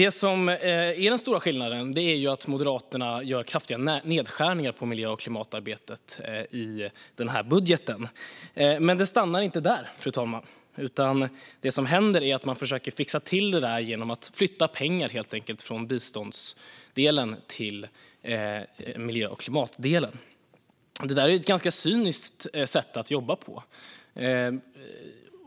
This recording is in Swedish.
Den stora skillnaden är att Moderaterna gör kraftiga nedskärningar på miljö och klimatarbetet i budgeten. Men det stannar inte där, fru talman, utan vad som händer är att man försöker fixa till detta genom att flytta pengar från biståndsdelen till miljö och klimatdelen. Detta är ett cyniskt sätt att jobba på.